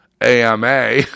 AMA